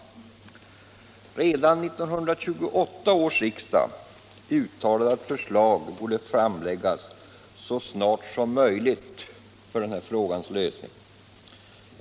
Redan 1928 års riksdag uttalade att förslag borde framläggas så snart som möjligt för denna frågas lösning.